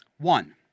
One